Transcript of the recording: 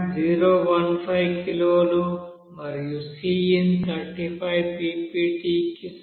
015 కిలోలు మరియుcin35 ppt కి సమానం